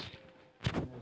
सरसों कुंडा दिनोत उगैहे?